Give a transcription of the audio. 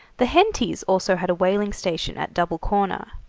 the hentys also had a whaling station at double corner,